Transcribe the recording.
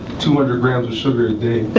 two hundred grams of sugar a